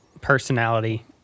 personality